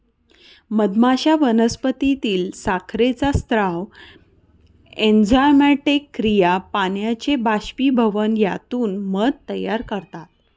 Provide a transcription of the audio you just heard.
मधमाश्या वनस्पतीतील साखरेचा स्राव, एन्झाइमॅटिक क्रिया, पाण्याचे बाष्पीभवन यातून मध तयार करतात